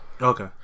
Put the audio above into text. okay